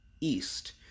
east